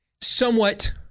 somewhat